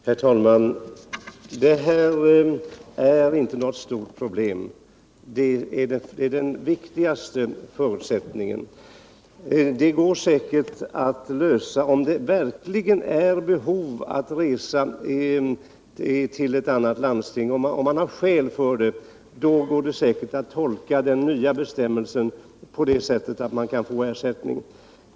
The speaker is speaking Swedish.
Herr talman! Vi bör inte betrakta detta som något stort problem — det är den viktigaste förutsättningen i sammanhanget — och det går säkert att lösa. Om det verkligen föreligger ett behov av att resa till ett annat län och man alltså har skäl för det, då går det säkert att tolka den nya bestämmelsen så att man kan få ersättning.